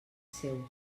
seu